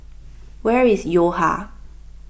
where is Yo Ha